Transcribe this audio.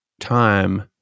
time